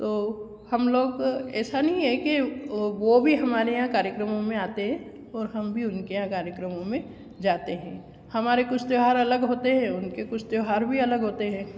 तो हम लोग ऐसा नहीं है कि वो भी हमारे यहाँ कार्यक्रमों में आते हैं और हम भी उनके यहाँ कार्यक्रमों में जाते हैं हमारे कुछ त्योहार अलग होते हैं उनके कुछ त्योहार भी अलग होते हैं